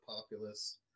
populace